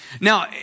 Now